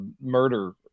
murder